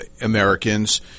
Americans